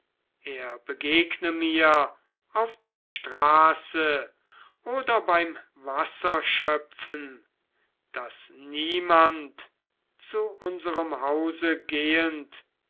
er begegne mir auf der straße oder beim wasserschöpfen daß niemand zu unserem hause gehend